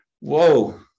Whoa